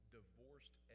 divorced